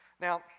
Now